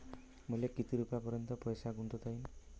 मले किती रुपयापर्यंत पैसा गुंतवता येईन?